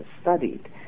studied